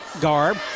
garb